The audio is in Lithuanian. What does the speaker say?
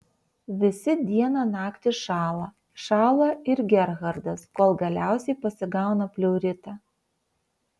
visi dieną naktį šąla šąla ir gerhardas kol galiausiai pasigauna pleuritą